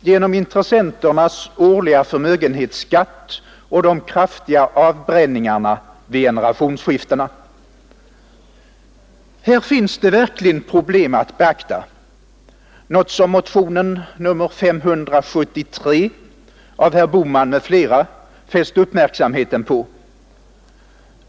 genom intressenternas årliga förmögenhetsskatt och de kraftiga avbränningarna vid generationsskiftena. Här finns det verkligen problem att beakta, något som motionen 573 av herr Bohman m.fl. fäst uppmärksamheten på.